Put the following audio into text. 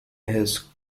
his